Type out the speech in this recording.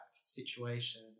situation